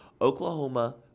Oklahoma